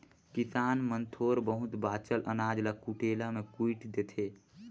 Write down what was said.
किसान मन थोर बहुत बाचल अनाज ल कुटेला मे कुइट देथे